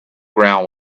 ground